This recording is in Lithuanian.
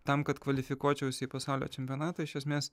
tam kad kvalifikuočiausi į pasaulio čempionatą iš esmės